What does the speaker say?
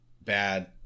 Bad